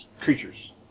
creatures